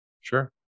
Sure